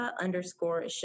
underscore